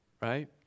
Right